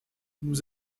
nous